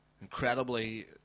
incredibly